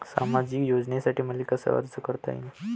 सामाजिक योजनेसाठी मले कसा अर्ज करता येईन?